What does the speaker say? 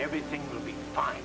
everything will be fine